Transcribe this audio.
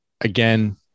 again